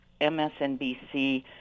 MSNBC